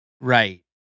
Right